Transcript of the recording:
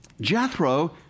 Jethro